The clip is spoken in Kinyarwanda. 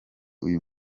uyu